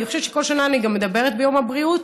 אני חושבת שכל שנה אני גם מדברת ביום הבריאות.